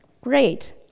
Great